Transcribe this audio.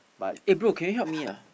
eh bro can you help me ah